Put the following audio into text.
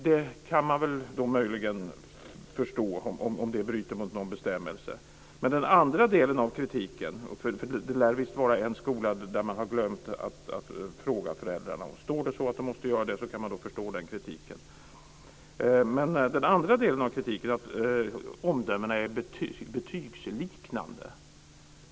Det kan jag möjligen förstå, om det bryter mot någon bestämmelse. Det lär visst finnas en skola där man har glömt fråga föräldrarna. Står det att man måste göra det kan jag förstå den kritiken. Men den andra delen av kritiken går ut på att omdömena är betygsliknande.